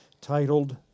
titled